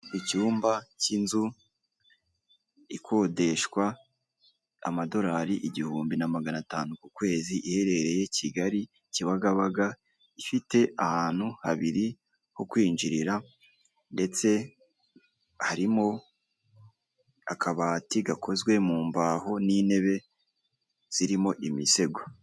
Icyumba cy'inzu ikodeshwa amadolari igihumbi na magana atanu ku kwezi iherereye Kigali, Kibagabaga, ifite ahantu habiri ho kwinjirira ndetse harimo akabati gakozwe mu mbaho n'intebe zirimo imisego.